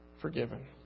forgiven